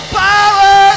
power